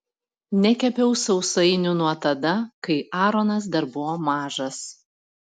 nekepiau sausainių nuo tada kai aronas dar buvo mažas